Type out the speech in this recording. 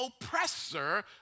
oppressor